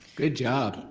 good job.